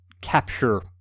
capture